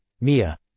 Mia